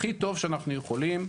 הכי טוב שאנחנו יכולים.